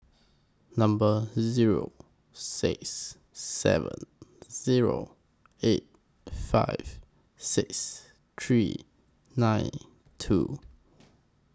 Number Zero six seven Zero eight five six three nine two